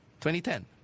2010